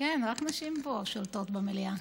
כן, רק נשים פה שולטות במליאה.